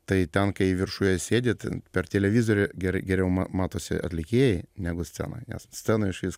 tai ten kai viršuje sėdi ten per televizorių gerai geriau matosi atlikėjai negu scenoje nes scenoj išvis